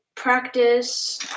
practice